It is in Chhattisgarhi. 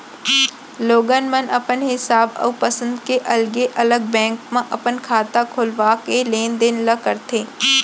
लोगन मन अपन हिसाब अउ पंसद के अलगे अलग बेंक म अपन खाता खोलवा के लेन देन ल करथे